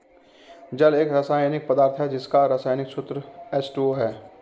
जल एक रसायनिक पदार्थ है जिसका रसायनिक सूत्र एच.टू.ओ है